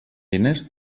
diners